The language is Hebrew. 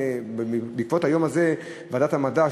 בעקבות היום הזה ועדת המדע,